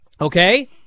Okay